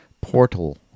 portal